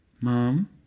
Mom